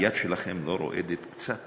היד שלכם לא רועדת קצת